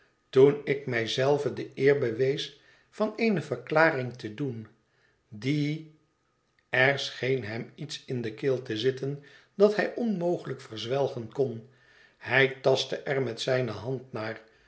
toen ik mij zei ven de eer bewees van eene verklaring te doen die er scheen hem iets in de keel te zitten dat hij onmogelijk verzwelgen kon hij tastte er met zijne hand naar